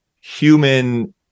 human